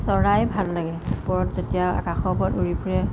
চৰাই ভাল লাগে ওপৰত যেতিয়া আকাশৰ ওপৰত উৰি ফুৰে